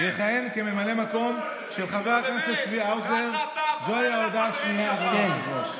יכהן כממלא מקום של חברת הכנסת יעל רון בן משה.